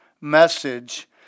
message